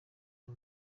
aya